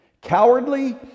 Cowardly